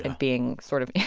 and being sort of.